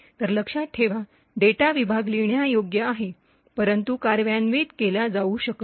तर लक्षात ठेवा डेटा विभाग लिहिण्यायोग्य आहे परंतु कार्यान्वित केला जाऊ शकत नाही